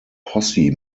posse